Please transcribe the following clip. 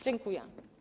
Dziękuję.